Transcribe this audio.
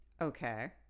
Okay